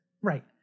Right